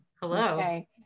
Hello